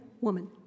woman